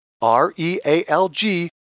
R-E-A-L-G